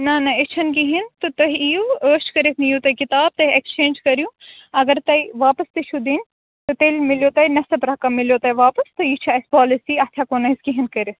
نَہ نَہ یہِ چھُنہٕ کہینۍ تہٕ تُہۍ یِیوعٲش کٔرِتھ نِٚیُو تُہۍ کِتابہٕ تُہۍ اِیٚکٕسچینج کٔرواگرتۄہہِ واپس تہٕ چھو دِنۍ تہٕ تیٚلہِ مِلِیٚو تۄہہِ نِیٚصٕف رَقم مِلِیٚو تۄہہِ واپس تہٕ یہِ چھِ اَسہِ پالسی اَتھ ہیٚکو نہٕ أسۍ کہینۍ کٔرِتھ